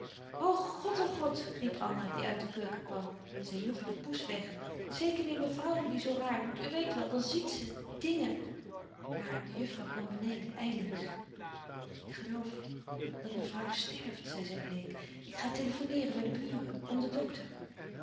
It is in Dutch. er zijn o god o god riep anna die uit de keuken kwam zij joeg de poes weg zeker weêr mevrouw die zoo raar doet u weet wel dan ziet ze dingen maar de juffrouw kwam beneden ijlings ik geloof dat mevrouw sterft zei zij bleek ik ga telefoneeren bij de buren om den dokter